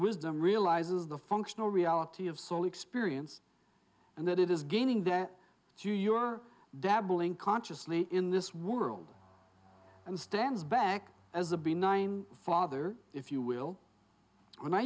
wisdom realizes the functional reality of so experience and that it is gaining that to your dabbling consciously in this world and stands back as a benign father if you will when i